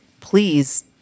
please